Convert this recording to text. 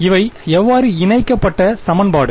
இவை எவ்வாறு இணைக்கப்பட்ட சமன்பாடு